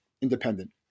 independent